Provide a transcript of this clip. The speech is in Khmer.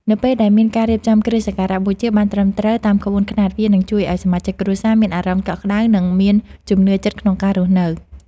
នៅពេលដែលមានការរៀបចំគ្រឿងសក្ការបូជាបានត្រឹមត្រូវតាមក្បួនខ្នាតវានឹងជួយឱ្យសមាជិកគ្រួសារមានអារម្មណ៍កក់ក្តៅ និង មានជំនឿចិត្តក្នុងការរស់នៅ។